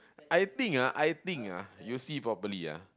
I think ah I think ah you see properly ah